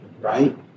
Right